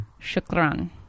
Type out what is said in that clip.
Shukran